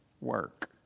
work